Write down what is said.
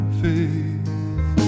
faith